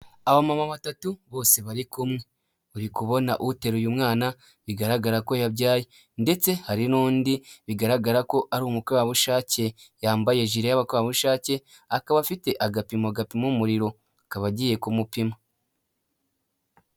Abamama batatu bose bari kumwe uri kubona uteruye mwana bigaragara ko yabyaye, ndetse hari n'undi bigaragara ko ari umukorerabushake yambaye jure y'abakorerabushake akaba afite agapimo gapima umuriro, akaba agiye kumupima.